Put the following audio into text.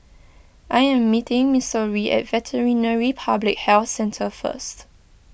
I am meeting Missouri at Veterinary Public Health Centre first